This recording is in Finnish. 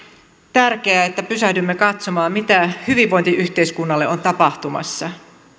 tärkeää että pysähdymme katsomaan mitä hyvinvointiyhteiskunnalle on tapahtumassa